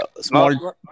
small